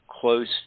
close